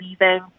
leaving